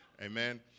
Amen